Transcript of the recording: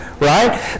right